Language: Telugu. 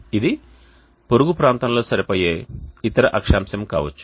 ఇది పొరుగు ప్రాంతంలో సరిపోయే ఇతర అక్షాంశం కావచ్చు